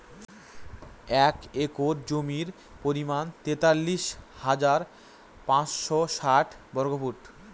এক একর জমির পরিমাণ তেতাল্লিশ হাজার পাঁচশ ষাট বর্গফুট